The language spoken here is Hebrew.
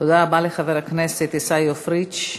תודה רבה לחבר הכנסת עיסאווי פריג'.